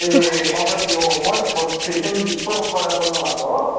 ए तपाईँ यो मोहित सपबाट बोल्नुभएको हो